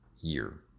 year